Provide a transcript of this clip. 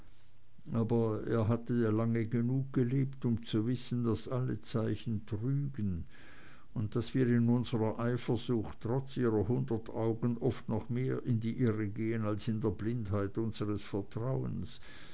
aber er hatte lange genug gelebt um zu wissen daß alle zeichen trügen und daß wir in unsrer eifersucht trotz ihrer hundert augen oft noch mehr in die irre gehen als in der blindheit unseres vertrauens